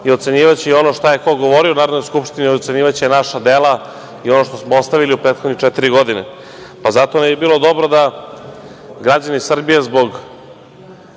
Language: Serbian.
ocenjivaće i ono šta je ko govorio u Narodnoj skupštini, ocenjivaće naša dela i ono što smo ostavili u prethodne četiri godine. Zato ne bi bilo dobro da građani Srbije zbog